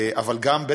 אבל גם,